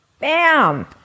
Bam